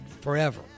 forever